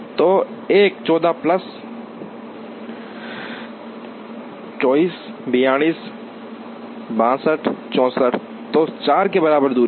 तो १ 14 प्लस १४ ४२ ६२ ६४ to४ के बराबर दूरी है